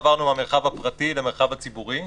עברנו מהמרחב הפרטי למרחב הציבורי.